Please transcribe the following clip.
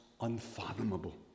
unfathomable